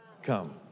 come